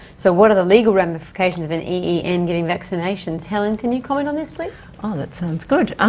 so what are the legal ramifications of an een giving vaccinations helen, can you comment on this please? oh, that sounds good.